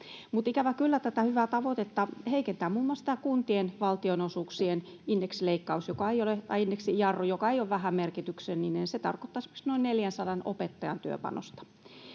kanssa. Ikävä kyllä tätä hyvää tavoitetta heikentää muun muassa tämä kuntien valtionosuuksien indeksijarru, joka ei ole vähämerkityksellinen. Se tarkoittaisi esimerkiksi noin 400 opettajan työpanosta.